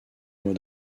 mois